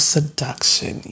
Seduction